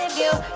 you